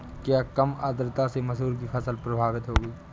क्या कम आर्द्रता से मसूर की फसल प्रभावित होगी?